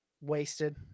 wasted